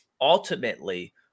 ultimately